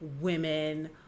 women